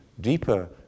deeper